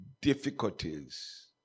difficulties